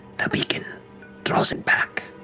the beacon draws it back.